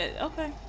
okay